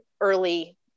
early